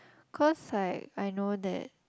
cause like I know that